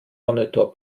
monitor